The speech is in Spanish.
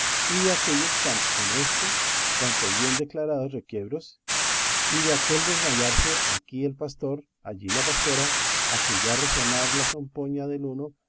y de aquellos tan honestos cuanto bien declarados requiebros y de aquel desmayarse aquí el pastor allí la pastora acullá resonar la zampoña del uno